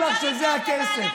תתביישי לך שזה הכסף.